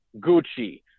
Gucci